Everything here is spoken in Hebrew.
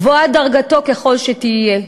גבוהה דרגתו ככל שתהיה,